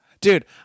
Dude